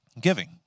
giving